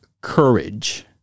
courage